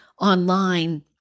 online